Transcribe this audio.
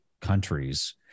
countries